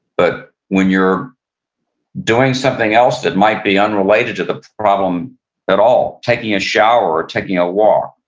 but when you're doing something else that might be unrelated to the problem at all. taking a shower, or taking a walk.